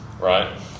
right